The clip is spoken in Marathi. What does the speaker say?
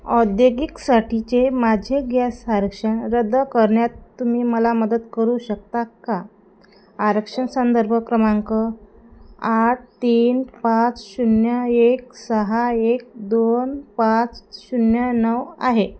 औद्योगिकसाठीचे माझे गॅस आरक्षण रद्द करण्यात तुम्ही मला मदत करू शकता का आरक्षण संदर्भ क्रमांक आठ तीन पाच शून्य एक सहा एक दोन पाच शून्य नऊ आहे